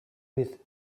with